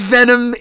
Venom